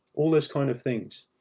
all those kinds of things.